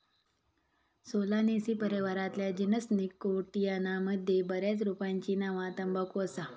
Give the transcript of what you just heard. Solanaceae परिवारातल्या genus Nicotiana मध्ये बऱ्याच रोपांची नावा तंबाखू असा